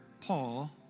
Paul